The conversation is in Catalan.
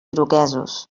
iroquesos